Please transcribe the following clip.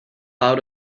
out